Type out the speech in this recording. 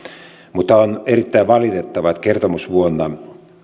mutta on erittäin valitettavaa että kertomusvuonna